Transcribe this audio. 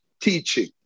teaching